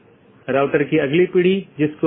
इसमें स्रोत या गंतव्य AS में ही रहते है